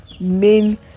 main